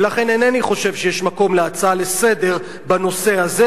ולכן אינני חושב שיש מקום להצעה לסדר-היום בנושא הזה.